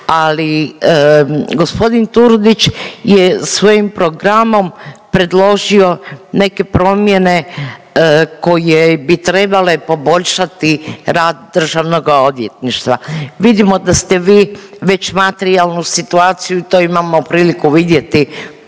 ali g. Turudić je svojim programom predložio neke promjene koje bi trebale poboljšati rad državnoga odvjetništva. Vidimo da ste vi već matrijalnu situaciju i to imamo priliku vidjeti